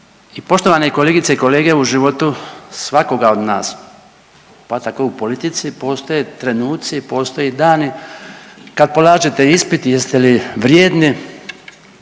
I poštovane kolegice i kolege, u životu svakoga od nas, pa tako i u politici, postoje trenuci, postoje dani kad polažete ispit jeste li vrijedni